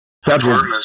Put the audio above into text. Federal